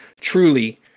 truly